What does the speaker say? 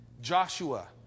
Joshua